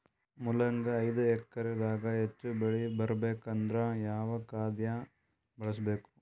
ಮೊಲಂಗಿ ಐದು ಎಕರೆ ದಾಗ ಹೆಚ್ಚ ಬೆಳಿ ಬರಬೇಕು ಅಂದರ ಯಾವ ಖಾದ್ಯ ಬಳಸಬೇಕು?